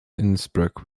innsbruck